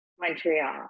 Montreal